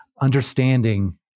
understanding